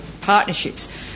partnerships